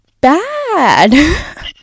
bad